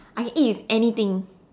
I can eat with anything